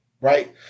right